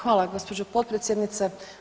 Hvala gospođo potpredsjednice.